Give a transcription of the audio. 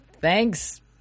Thanks